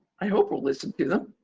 i hope we'll listen to them.